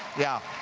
yeah.